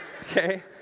okay